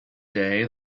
day